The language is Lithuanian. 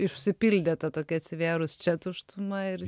išsipildė ta tokia atsivėrus čia tuštuma ir